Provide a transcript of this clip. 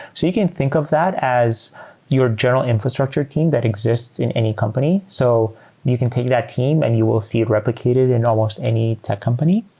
you can think of that as your general infrastructure team that exists in any company. so you can take that team and you will see it replicated in almost any tech company.